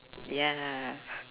ya